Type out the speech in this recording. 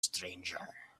stranger